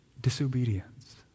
disobedience